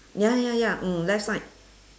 ya ya ya mm left side